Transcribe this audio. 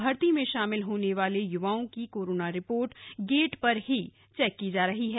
भर्ती में शामिल होने वाले य्वाओं की कोरोना रिपोर्ट गेट पर ही चेक की जा रही है